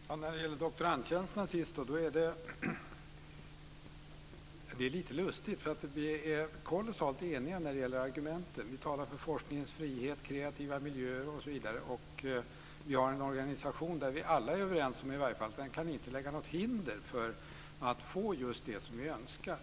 Fru talman! När det gäller doktorandtjänsterna är det lite lustigt. Vi är kolossalt eniga om argumenten. Vi talar för forskningens frihet, kreativa miljöer osv. Vi har en organisation som vi alla är överens om i varje fall inte kan lägga något hinder för att få just det som vi önskar.